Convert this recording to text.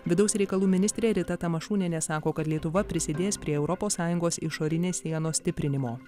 vidaus reikalų ministrė rita tamašūnienė sako kad lietuva prisidės prie europos sąjungos išorinės sienos stiprinimo